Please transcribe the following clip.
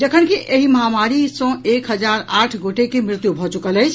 जखनकि एहि महामारी सॅ एक हजार आठ गोटे के मृत्यु भऽ चुकल अछि